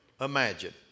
imagine